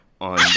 on